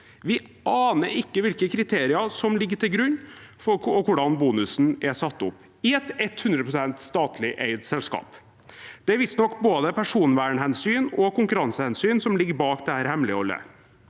Vi aner ikke hvilke kriterier som ligger til grunn, og hvordan bonusen er satt opp – i et 100 pst. statlig eid selskap. Det er visstnok både personvernhensyn og konkurransehensyn som ligger bak dette hemmeligholdet.